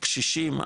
קשישים,